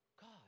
God